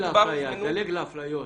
דלג לאפליות.